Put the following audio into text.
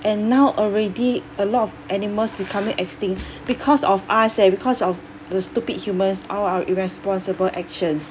and now already a lot of animals becoming extinct because of us leh because of the stupid humans all our irresponsible actions